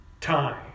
Time